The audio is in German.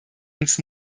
uns